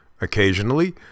Occasionally